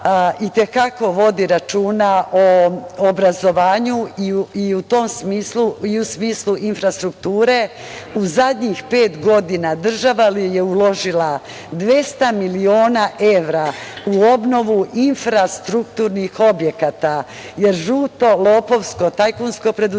i te kako vodi računa o obrazovanju, i u tom smislu i u smislu infrastrukture. U zadnjih pet godina država je uložila 200 miliona evra u obnovu infrastrukturnih objekata, jer žuto, lopovsko, tajkunsko preduzeće